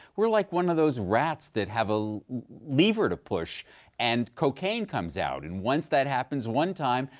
we're like one of those rats that have a lever to push and cocaine comes out. and once that happens one time,